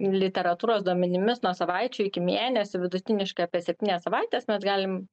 literatūros duomenimis nuo savaičių iki mėnesių vidutiniškai apie septynias savaites mes galim